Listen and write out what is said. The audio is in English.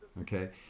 Okay